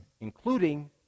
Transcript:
including